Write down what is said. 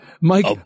mike